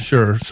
Sure